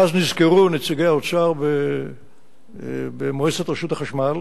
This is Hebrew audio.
ואז נזכרו נציגי האוצר במועצת רשות החשמל